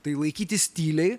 tai laikytis tyliai